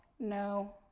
no.